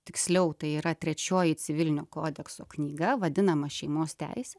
tiksliau tai yra trečioji civilinio kodekso knyga vadinama šeimos teisė